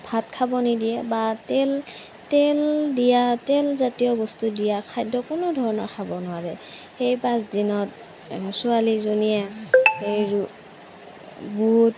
ভাত খাব নিদিয়ে বা তেল তেল দিয়া তেল জাতীয় বস্তু দিয়া খাদ্য কোনোধৰণৰ খাব নোৱাৰে সেই পাঁচদিনত ছোৱালীজনীয়ে এই বুট